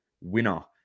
winner